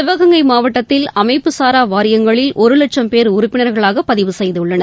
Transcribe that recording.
சிவகங்கை மாவட்டத்தில் அமைப்புசாரா வாரியங்களில் ஒரு வட்சம் பேர் உறுப்பினர்களாக பதிவு இந்த செய்துள்ளனர்